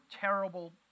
terrible